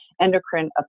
endocrine